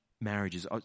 marriages